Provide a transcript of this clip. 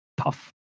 Tough